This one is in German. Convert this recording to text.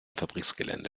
fabriksgelände